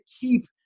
keep